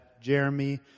Jeremy